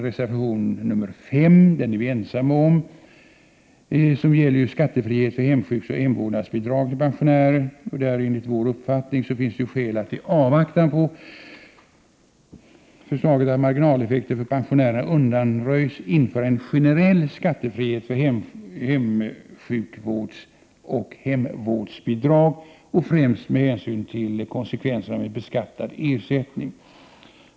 Reservation 5, som vi är ensamma om, gäller skattefrihet för hemsjukvårdsoch hemvårdsbidrag till pensionärer. Enligt vår uppfattning finns det skäl att i avvaktan på förslaget att marginaleffekterna för pensionärerna undanröjs införa en generell skattefrihet för hemsjukvårdsoch hemvårdsbidrag, främst med hänsyn till konsekvenserna av en beskattad ersättning.